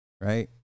Right